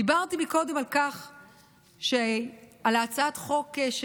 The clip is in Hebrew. דיברתי קודם על הצעת החוק,